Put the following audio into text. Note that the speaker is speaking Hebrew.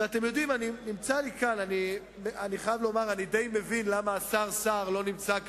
אני חייב לומר שאני די מבין למה השר גדעון סער לא נמצא כאן,